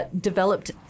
developed